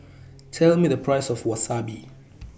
Tell Me The Price of Wasabi